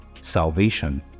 salvation